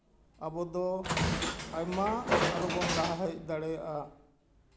ᱟᱵᱚ ᱫᱚ ᱟᱭᱢᱟ ᱟᱨᱚ ᱵᱚᱱ ᱞᱟᱦᱟ ᱦᱮᱡ ᱫᱟᱲᱮᱭᱟᱜᱼᱟ